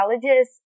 colleges